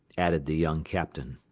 added the young captain.